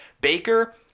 Baker